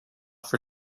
for